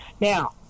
Now